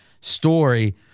story